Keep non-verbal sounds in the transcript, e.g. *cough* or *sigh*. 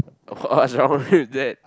*laughs* what's wrong with that